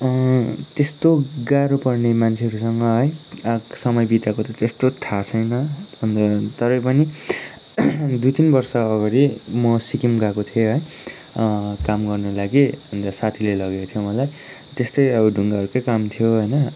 त्यस्तो गाह्रो पर्ने मान्छेहरूसँग है अब समय बिताएको त त्यस्तो थाहा छैन अन्त तरै पनि दुई तिन वर्षअगाडि म सिक्किम गएको थिएँ है काम गर्नु लागि अन्त साथीले लगेको थियो मलाई त्यस्तै अब ढुङ्गाहरूकै काम थियो होइन